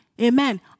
Amen